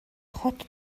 хот